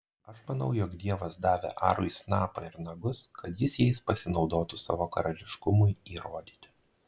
aš manau jog dievas davė arui snapą ir nagus kad jis jais pasinaudotų savo karališkumui įrodyti